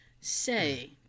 Say